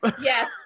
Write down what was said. Yes